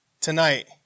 tonight